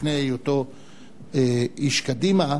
לפני היותו איש קדימה,